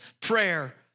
prayer